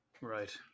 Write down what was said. Right